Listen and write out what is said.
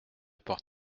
porte